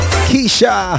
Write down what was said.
Keisha